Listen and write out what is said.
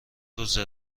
روزه